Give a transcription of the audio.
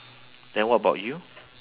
then what about you